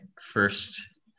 first